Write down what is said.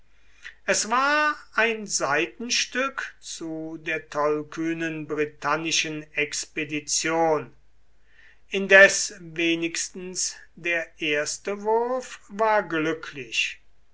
es war ein seitenstück zu der tollkühnen britannischen expedition indes wenigstens der erste wurf war glücklich